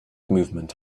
movement